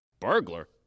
Burglar